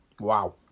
wow